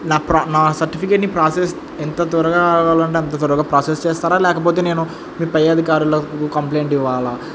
నా ప్ర నా సర్టిఫికేట్ని ప్రాసెస్ ఎంత త్వరగా కావాలంటే అంత త్వరగా ప్రాసెస్ చేస్తారా లేకపోతే నేను మీ పై అధికారులకు కంప్లైంట్ ఇవ్వాలా